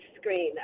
screen